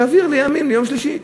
להעביר ליום שלישי.